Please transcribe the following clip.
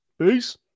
Peace